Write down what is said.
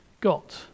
got